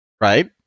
Right